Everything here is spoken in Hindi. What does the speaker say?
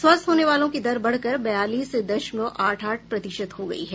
स्वस्थ होने वालों की दर बढ़कर बयालीस दशमलव आठ आठ प्रतिशत हो गई है